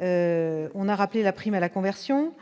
On a rappelé la prime à la conversion